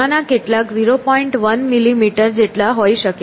1 millimetre જેટલા હોઈ શકે છે